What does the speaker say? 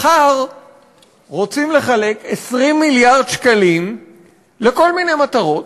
מחר רוצים לחלק 20 מיליארד שקלים לכל מיני מטרות,